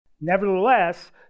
Nevertheless